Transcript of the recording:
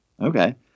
Okay